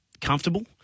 comfortable